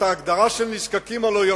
שלוש שנים וחצי,